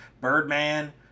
Birdman